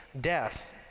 death